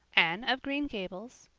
anne of green gables,